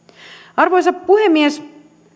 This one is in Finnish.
arvoisa puhemies